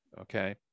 okay